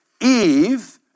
Eve